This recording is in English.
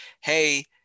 hey